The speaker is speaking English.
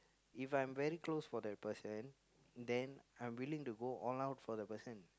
if I'm very close for that person then I'm willing to go all out for the person